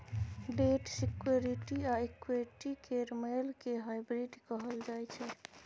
date security आ equity केर मेल केँ हाइब्रिड कहल जाइ छै